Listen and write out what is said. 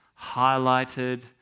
highlighted